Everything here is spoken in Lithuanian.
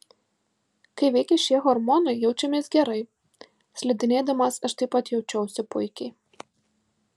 kai veikia šie hormonai jaučiamės gerai slidinėdamas aš taip pat jaučiausi puikiai